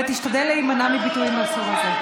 ותשתדל להימנע מביטויים מהסוג הזה.